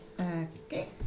Okay